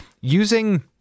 using